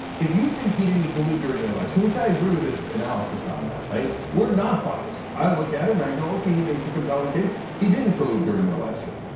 if you think he didn't collude during the election, which i agree with his analysis on that. we're not biased, i look at it and i go okay, he makes a compelling case, he didn't collude during the election.